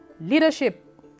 Leadership